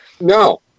No